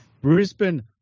Brisbane